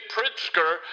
Pritzker